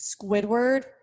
Squidward